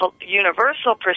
universal